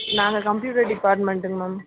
நாங்கள் கம்ப்யூட்டர் டிபார்ட்மென்ட்டுங்க மேம்